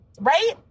right